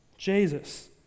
Jesus